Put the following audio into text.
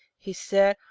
he said.